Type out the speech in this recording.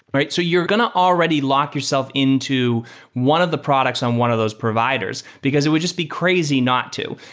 so you're going to already lock yourself into one of the products on one of those providers, because it would just be crazy not to.